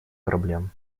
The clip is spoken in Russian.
проблем